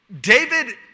David